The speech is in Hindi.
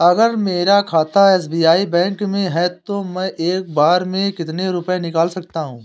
अगर मेरा खाता एस.बी.आई बैंक में है तो मैं एक बार में कितने रुपए निकाल सकता हूँ?